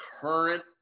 current